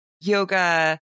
yoga